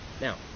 Now